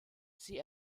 sie